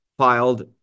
filed